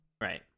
Right